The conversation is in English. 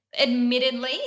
admittedly